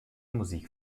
musik